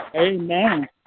Amen